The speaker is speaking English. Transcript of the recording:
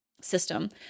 system